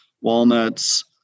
walnuts